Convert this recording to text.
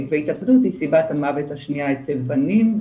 התאבדות היא סיבת המוות השנייה אצל בנים,